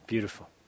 Beautiful